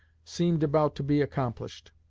seemed about to be accomplished.